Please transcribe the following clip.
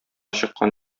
чыккан